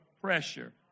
pressure